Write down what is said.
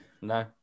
No